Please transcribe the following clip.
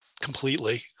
completely